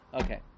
Okay